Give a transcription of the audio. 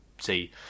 see